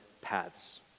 paths